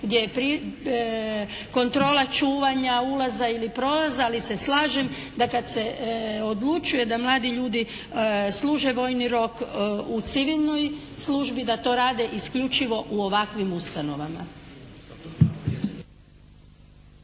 gdje je kontrola čuvanja ulaza ili prolaza, ali se slažem da kad se odlučuje da mladi ljudi služe vojni rok u civilnoj službi da to rade isključivo u ovakvim ustanovama.